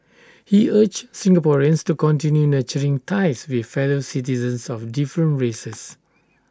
he urged Singaporeans to continue nurturing ties with fellow citizens of different races